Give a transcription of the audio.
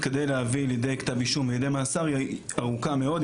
כדי להביא לידי כתב אישום על ידי מאסר היא ארוכה מאוד,